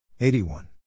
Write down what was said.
81